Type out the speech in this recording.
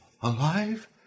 Alive